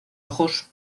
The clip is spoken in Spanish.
ojos